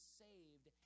saved